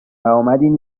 واومدین